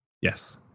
Yes